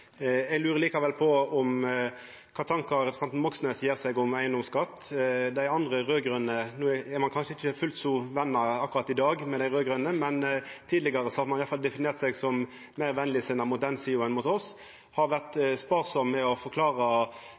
Eg lurer likevel på kva tankar representanten Moxnes gjer seg om eigedomsskatt. Dei andre raud-grøne – no er ein kanskje ikkje fullt så gode vener i dag med dei raud-grøne, men tidlegare har ein iallfall definert seg som meir venlegsinna overfor den sida enn overfor oss – har vore sparsame med å forklara